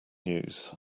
news